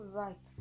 right